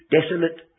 desolate